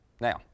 Now